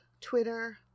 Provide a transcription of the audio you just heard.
Twitter